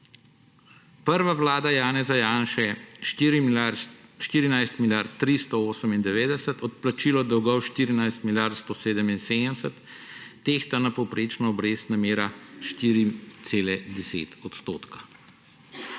Prva vlada Janeza Janše 14 milijard 398, odplačilo dolga 14 milijard 177, tehtana povprečna obrestna mera 4,10 %.